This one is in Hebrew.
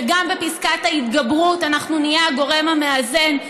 וגם בפסקת ההתגברות אנחנו נהיה הגורם המאזן.